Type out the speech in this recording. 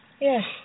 Yes